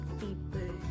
people